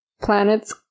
planets